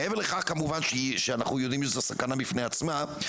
מעבר לכך כמובן שאנחנו יודעים שזו סכנה בפני עצמה,